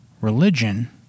religion